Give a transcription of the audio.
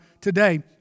today